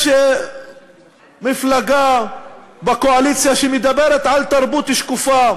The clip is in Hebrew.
יש מפלגה בקואליציה שמדברת על תרבות שקופה,